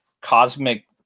cosmic